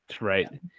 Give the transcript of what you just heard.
right